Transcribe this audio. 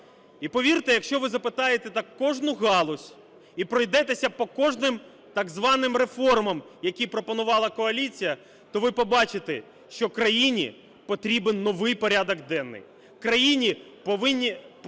І повірте, якщо ви запитаєте так кожну галузь і пройдетеся по кожним так званим реформам, які пропонувала коаліція, то ви побачите, що країні потрібен новий порядок денний. В країні повинні…